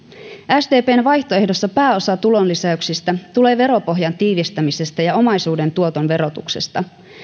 sdpn vaihtoehdossa pääosa tulonlisäyksistä tulee veropohjan tiivistämisestä ja omaisuuden tuoton verotuksesta